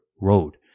road